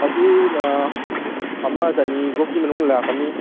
ꯑꯗꯨꯅ ꯑꯃ ꯆꯅꯤꯕꯣꯛꯀꯤ ꯃꯅꯨꯡ ꯂꯥꯛꯀꯅꯤ